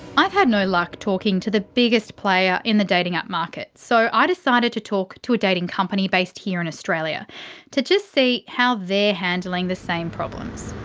i'd had no luck talking to the biggest player in the dating app market. so i ah decided to talk to a dating company based here in australia to just see how they're handling the same problems.